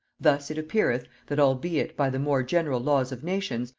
thus it appeareth, that albeit, by the more general laws of nations,